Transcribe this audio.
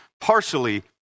partially